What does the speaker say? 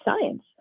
science